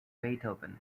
beethoven